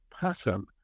pattern